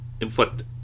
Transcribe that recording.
inflict